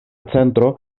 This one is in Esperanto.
centro